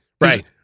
Right